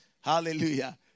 Hallelujah